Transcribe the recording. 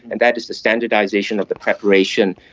and that is the standardisation of the preparation,